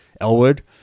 Elwood